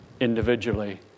individually